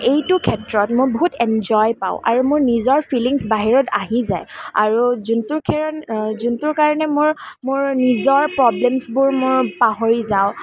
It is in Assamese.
এইটো ক্ষেত্ৰত মই বহুত এন্জয় পাওঁ আৰু মোৰ নিজৰ ফিলিংছ বাহিৰত আহি যায় আৰু যোনটোৰ যোনটোৰ কাৰণে মোৰ মোৰ নিজৰ প্ৰব্লেমছবোৰ মই পাহৰি যাওঁ